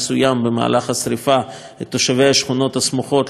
השרפה את תושבי השכונות הסמוכות להישאר בבתים,